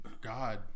God